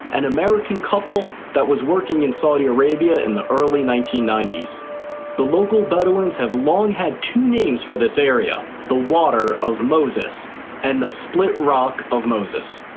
and american couple that was working in saudi arabia in the early nineteen ninety the local bedouins have long had two names for this area. the water of moses and the split rock of moses.